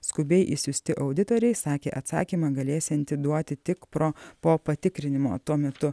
skubiai išsiųsti auditoriai sakė atsakymą galėsianti duoti tik pro po patikrinimo tuo metu